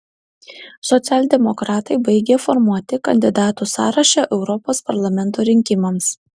socialdemokratai baigė formuoti kandidatų sąrašą europos parlamento rinkimams